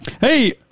Hey